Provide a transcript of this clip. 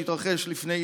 שהתרחש לפני,